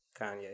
Kanye